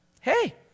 hey